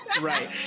Right